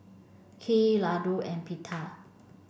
Kheer Ladoo and Pita